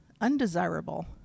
undesirable